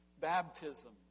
baptism